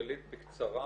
גלית, בקצרה.